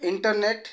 internet